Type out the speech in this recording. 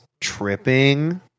tripping